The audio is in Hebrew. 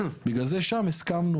בגלל זה שם הסכמנו.